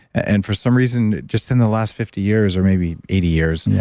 and for some reason, just in the last fifty years or maybe eighty years, and yeah